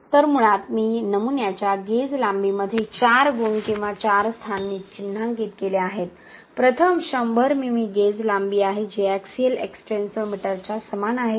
तर मुळात मी नमुन्याच्या गेज लांबीमध्ये 4 गुण किंवा 4 स्थान चिन्हांकित केले आहेत प्रथम 100 मिमी गेज लांबी आहे जी एक्सिअल एक्स्टेन्सोमीटरच्या समान आहे का